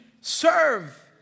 serve